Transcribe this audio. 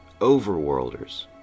Overworlders